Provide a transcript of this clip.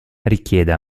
richieda